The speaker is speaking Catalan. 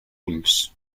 ulls